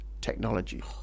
technology